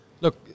look